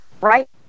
Right